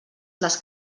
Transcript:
les